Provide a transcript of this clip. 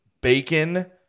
bacon